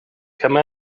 come